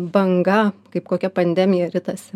banga kaip kokia pandemija ritasi